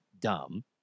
dumb